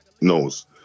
knows